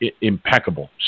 impeccable